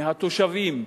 מהתושבים,